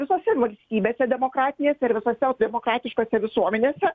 visose valstybėse demokratinėse ir visose demokratiškose visuomenėse